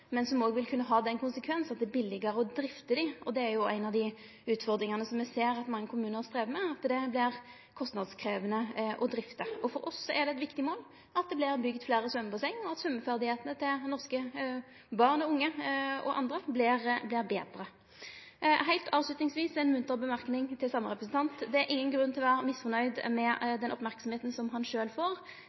vil òg kunne ha den konsekvens at dei er billigare å drifte. Det er jo ei av dei utfordringane ein ser at mange kommunar strever med, at anlegga vert kostnadskrevjande å drifte. For oss er det eit viktig mål at det vert bygd fleire svømmebasseng, og at svømmeferdigheitene til norske barn, unge og andre vert betre. Heilt avslutningsvis ein munter merknad til same representant: Det er ingen grunn til å vere misnøgd med den merksemda som han sjølv får.